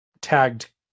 tagged